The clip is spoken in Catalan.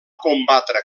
combatre